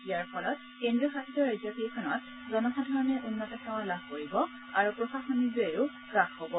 ইয়াৰ ফলত কেন্দ্ৰীয়শাসিত ৰাজ্যকেইখনত জনসাধাৰণে উন্নত সেৱা লাভ কৰিব আৰু প্ৰশাসনিক ব্যয়ো হ্ৰাস হব